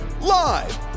live